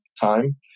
time